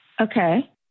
Okay